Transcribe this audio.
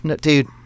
dude